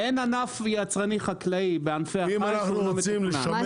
אין ענף יצרני חקלאי בענפי החלב שהוא לא מתוכנן.